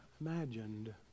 imagined